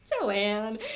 joanne